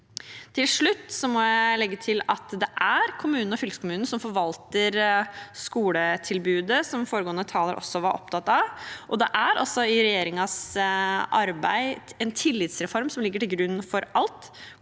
Til slutt må jeg legge til at det er kommunen og fylkeskommunen som forvalter skoletilbudet, slik også foregående taler var opptatt av, og regjeringen arbeider altså med en tillitsreform som ligger til grunn for alt.